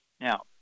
Now